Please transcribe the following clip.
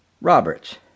Roberts